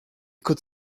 could